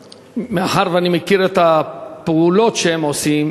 מאחר שאני מכיר את הפעולות שהם עושים,